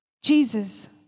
Jesus